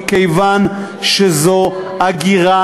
מכיוון שזו הגירה